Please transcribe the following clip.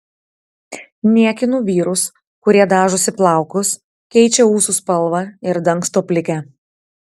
niekinu vyrus kurie dažosi plaukus keičia ūsų spalvą ir dangsto plikę